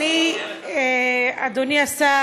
אדוני השר,